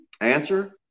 Answer